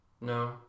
No